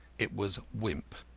it was wimp.